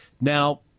Now